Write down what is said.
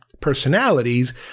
personalities